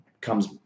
comes